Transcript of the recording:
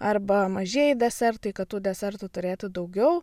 arba mažieji desertai kad tų desertų turėti daugiau